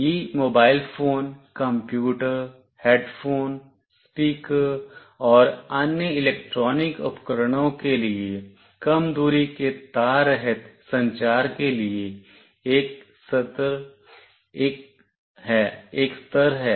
यह mobile phone computer headphone speaker और अन्य इलेक्ट्रॉनिक उपकरणों के लिए कम दूरी के तार रहित संचार के लिए एक स्तर है